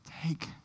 take